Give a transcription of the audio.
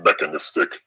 mechanistic